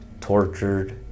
tortured